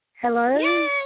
Hello